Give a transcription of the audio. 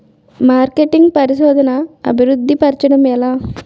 marketing పరిశోధనదా అభివృద్ధి పరచడం ఎలా